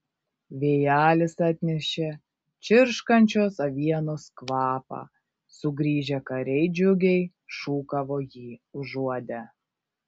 vėjelis atnešė čirškančios avienos kvapą sugrįžę kariai džiugiai šūkavo jį užuodę